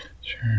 Sure